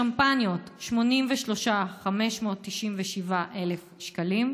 שמפניות 83,597 שקלים.